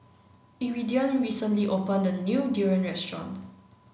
Iridian recently opened a new durian Restaurant